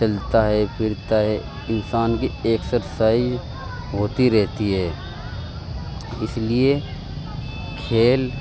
چلتا ہے پھرتا ہے انسان کی ایکسرسائز ہوتی رہتی ہے اس لیے کھیل